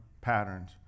patterns